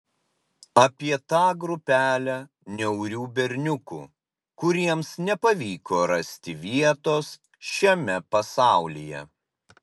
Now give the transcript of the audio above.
apie tą grupelę niaurių berniukų kuriems nepavyko rasti vietos šiame pasaulyje